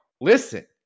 listen